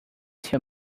two